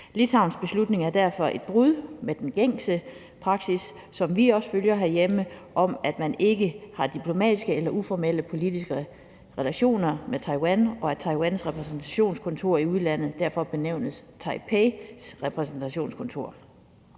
Litauens beslutning er derfor et brud med den gængse praksis, som vi også følger herhjemme, om, at man ikke har diplomatiske eller uformelle politiske relationer med Taiwan, og at Taiwans repræsentationskontor i udlandet derfor benævnes Taipeis repræsentationskontor.